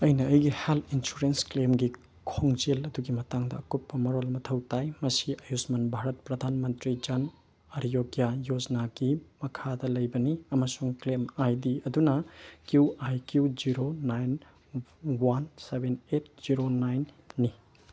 ꯑꯩꯅ ꯑꯩꯒꯤ health insurance ꯀ꯭ꯂꯦꯝꯒꯤ ꯈꯣꯡꯖꯦꯜ ꯑꯗꯨꯒꯤ ꯃꯇꯥꯡꯗ ꯑꯀꯨꯞꯄ ꯃꯔꯣꯜ ꯃꯊꯧ ꯇꯥꯏ ꯃꯁꯤ ꯑꯌꯨꯁꯃꯥꯟ ꯚꯥꯔꯠ ꯄ꯭ꯔꯙꯥꯟ ꯃꯟꯇ꯭ꯔꯤ ꯖꯟ ꯑꯔꯣꯒ꯭ꯌꯥ ꯌꯣꯖꯅꯥꯒꯤ ꯃꯈꯥꯗ ꯂꯩꯕꯅꯤ ꯑꯃꯁꯨꯡ ꯀ꯭ꯂꯦꯝ ꯑꯥꯏ ꯗꯤ ꯑꯗꯨꯅ Q I Q zero nine one seven eight zero ꯅꯥꯏꯟꯅꯤ